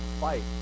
fight